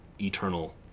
Eternal